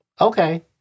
okay